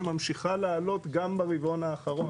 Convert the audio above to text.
שממשיכה לעלות גם ברבעון האחרון.